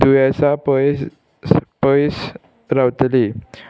दुयेंसां पयस पयस रावतली